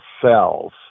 cells